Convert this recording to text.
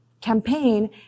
campaign